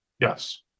Yes